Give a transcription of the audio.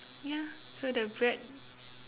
ya so the bread